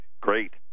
great